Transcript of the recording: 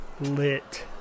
lit